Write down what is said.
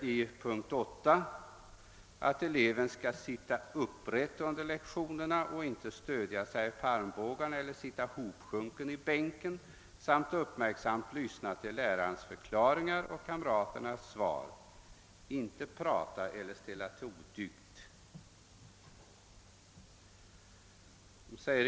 I punkten 8 föreskrivs att eleven skall »sitta upprätt under lektionerna och inte stödja sig på armbågarna eller sitta hopsjunken i bänken samt uppmärksamt lyssna till lärarens förklaringar och kamraternas svar, inte prata eller ställa till odygd«.